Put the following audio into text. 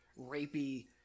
rapey